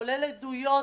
כולל עדויות,